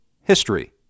History